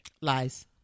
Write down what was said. Lies